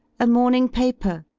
a morning paper,